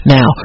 Now